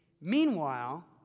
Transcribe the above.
Meanwhile